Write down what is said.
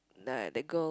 uh that girl